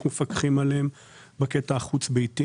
אנחנו מפקחים עליהן בקטע החוץ-ביתי.